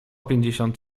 pięćdziesiąt